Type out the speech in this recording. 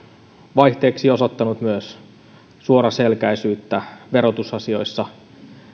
vaihteeksi osoittanut myös suoraselkäisyyttä verotusasioissa